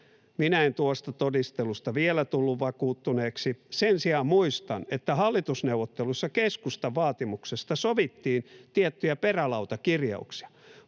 Minä en tuosta todistelusta vielä tullut vakuuttuneeksi. Sen sijaan muistan, että hallitusneuvotteluissa keskustan vaatimuksesta sovittiin tiettyjä perälautakirjauksia.